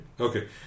Okay